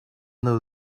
though